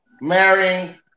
marrying